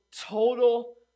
total